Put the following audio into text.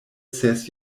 ses